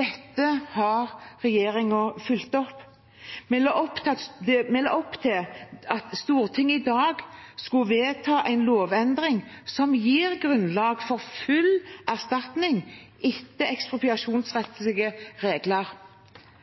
Dette har regjeringen fulgt opp. Vi la opp til at Stortinget i dag skulle vedta en lovendring som gir grunnlag for full erstatning etter